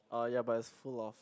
oh ya but it's full of